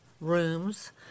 rooms